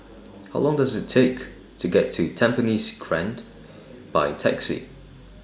How Long Does IT Take to get to Tampines Grande By Taxi